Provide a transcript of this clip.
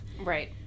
Right